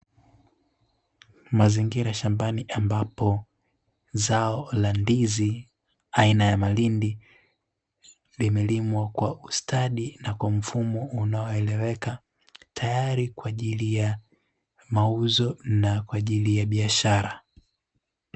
Mazingira shambani ambapo zao la ndizi aina ya marindi, zimelimwa kwa ustadi na kwa mfumo unaoeleweka, tayari kwa ajili ya mauzo na kwa ajili ya biashara.